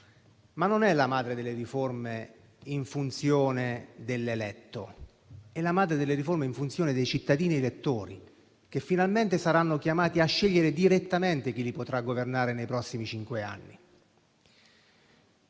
Ma non è la madre delle riforme in funzione dell'eletto: è la madre delle riforme in funzione dei cittadini elettori, che finalmente saranno chiamati a scegliere direttamente chi li potrà governare nei prossimi cinque anni.